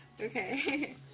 Okay